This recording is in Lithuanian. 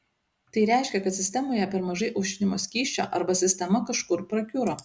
tai reiškia kad sistemoje per mažai aušinimo skysčio arba sistema kažkur prakiuro